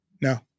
No